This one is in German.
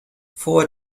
vor